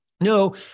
No